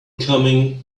coming